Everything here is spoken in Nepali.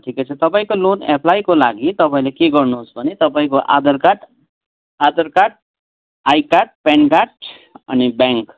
ठिकै छ तपाईँको लोन एप्लाईको लागि तपाईँले के गर्नुहोस् भने तपाईँको Aadhaar card Aadhaar card I card PAN card अनि व्याङ्क